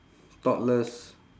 thoughtless